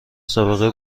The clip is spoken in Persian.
سابقه